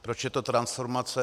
Proč je to transformace?